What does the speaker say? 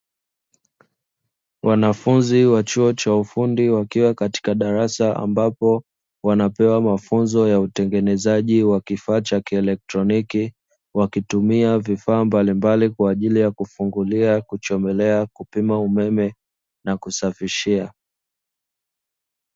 Wanafunzi wa chuo cha ufundi wakiwa kwenye darasa ambapo, wanapewa mafunzo ya utengenezaji wa kifaa cha kielektroniki, wakitumia vifaa mbalimbali kwaajili ya kufungulia, kuchomelea, kupika umeme na kusafishia.